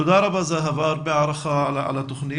תודה רבה זהבה, הרבה הערכה על התוכנית.